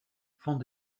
van